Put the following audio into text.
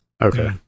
Okay